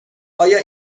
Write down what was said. آیا